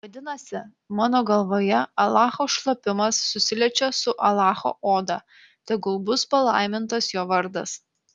vadinasi mano galvoje alacho šlapimas susiliečia su alacho oda tegul bus palaimintas jo vardas